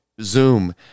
Zoom